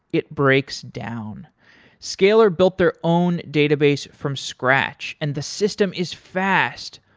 it breaks down scalyr built their own database from scratch and the system is fast,